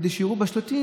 שיראו בשלטים,